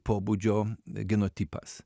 pobūdžio genotipas